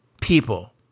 people